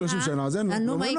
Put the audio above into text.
30 שנה אז אין לו.